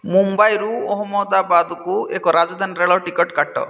ମୁମ୍ବାଇରୁ ଅହମ୍ମଦାବାଦକୁ ଏକ ରାଜଧାନୀ ରେଳ ଟିକେଟ୍ କାଟ